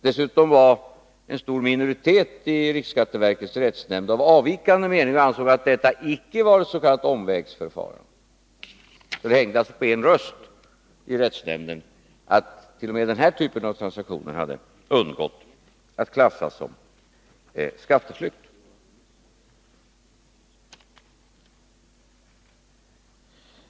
Dessutom var en stor minoritet i riksskatteverkets rättsnämnd av avvikande mening och ansåg att detta icke var ett s.k. omvägsförfarande. Det hängde alltså på en röst i rättsnämnden att t.o.m. denna typ av transaktioner hade undgått att klassas som skatteflykt.